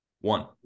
One